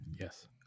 Yes